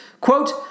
Quote